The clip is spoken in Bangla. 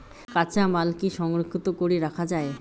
কাঁচামাল কি সংরক্ষিত করি রাখা যায়?